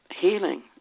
healing